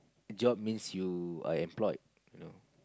job means you are employed you know